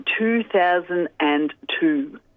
2002